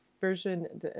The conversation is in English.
version